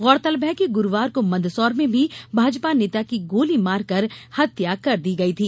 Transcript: गौरतलब है कि गुरूवार को मंदसौर में भी भाजपा नेता की गोली मार कर हत्या कर दी गई थी